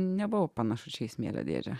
nebuvo panašu čia į smėlio dėžę